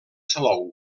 salou